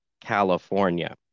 California